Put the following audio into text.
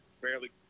fairly